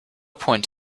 point